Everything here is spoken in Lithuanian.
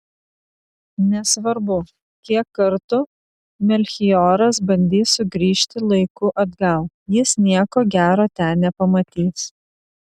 nesvarbu kiek kartų melchioras bandys sugrįžti laiku atgal jis nieko gero ten nepamatys